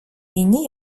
війні